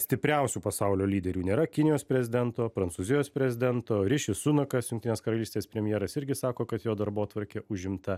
stipriausių pasaulio lyderių nėra kinijos prezidento prancūzijos prezidento riši sunakas jungtinės karalystės premjeras irgi sako kad jo darbotvarkė užimta